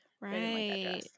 right